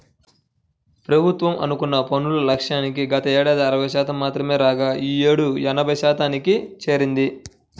ప్రభుత్వం అనుకున్న పన్నుల లక్ష్యానికి గతేడాది అరవై శాతం మాత్రమే రాగా ఈ యేడు ఎనభై శాతానికి చేరింది